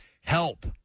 help